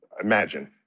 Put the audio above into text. imagine